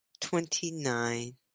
Twenty-nine